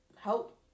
help